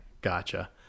gotcha